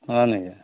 হয় নেকি